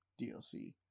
DLC